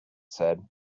said